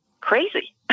crazy